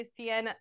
ESPN